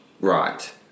Right